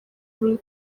ari